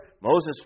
Moses